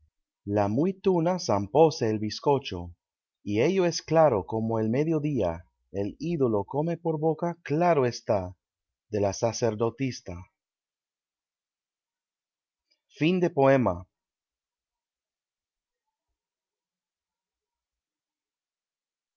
la muy tuna zampóse el bizcocho y ello es claro como el mediodía el ídolo come por boca claro está de la sacerdotisa